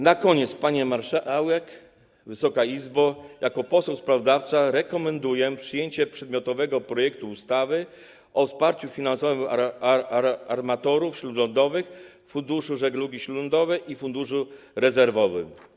Na koniec, pani marszałek, Wysoka Izbo, jako poseł sprawozdawca rekomenduję przyjęcie przedmiotowego projektu ustawy o wsparciu finansowym armatorów śródlądowych, Funduszu Żeglugi Śródlądowej i Funduszu Rezerwowym.